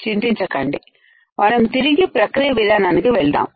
చింతించకండి మనం తిరిగి ప్రక్రియ విధానానికి వెళ్దాం